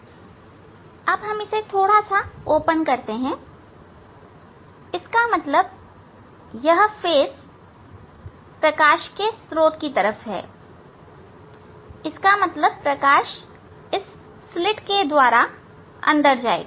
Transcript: अब हम इसे थोड़ा सा खोलते हैं इसका मतलब यहां फेस प्रकाश स्त्रोत की तरफ है इसका मतलब प्रकाश इस स्लिट के द्वारा अंदर जाएगा